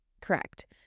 Correct